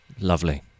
Lovely